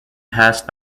passed